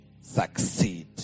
succeed